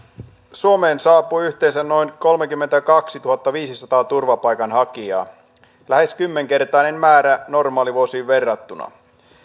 suomeen saapui yhteensä noin kolmekymmentäkaksituhattaviisisataa turvapaikanhakijaa lähes kymmenkertainen määrä normaalivuosiin verrattuna